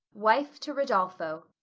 wife to rodolpho.